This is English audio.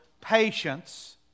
patience